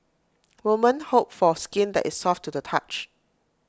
women hope for skin that is soft to the touch